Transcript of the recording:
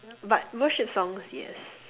but worship songs yes